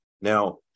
Now